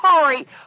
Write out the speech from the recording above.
sorry